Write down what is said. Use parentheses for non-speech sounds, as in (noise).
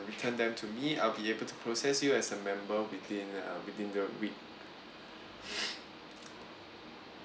return them to me I'll be able to process you as a member within uh within the week (breath)